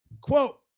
Quote